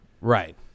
Right